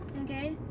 okay